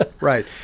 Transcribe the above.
right